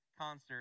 concert